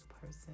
person